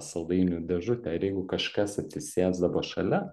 saldainių dėžutę ir jeigu kažkas atsisėsdavo šalia